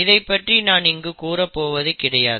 இதைப் பற்றி நான் இங்கு கூறப் போவது கிடையாது